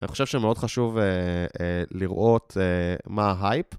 אני חושב שמאוד חשוב לראות מה ההייפ.